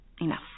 enough